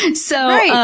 and so, yeah